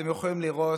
אתם יכולים לראות,